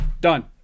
Done